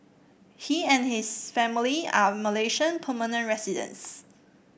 he and his family are Malaysian permanent residents